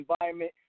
environment